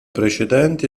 precedenti